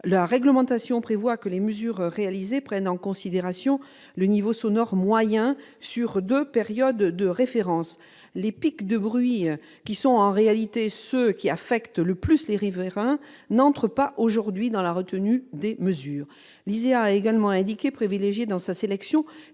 La réglementation prévoit que les mesures réalisées prennent en considération le niveau sonore moyen sur deux périodes de référence. Les pics de bruit, qui sont en réalité ce qui affecte le plus les riverains, ne comptent pas aujourd'hui parmi les mesures retenues. LISEA a également indiqué privilégier, dans sa sélection